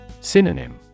Synonym